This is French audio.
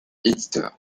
éditeur